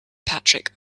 patrick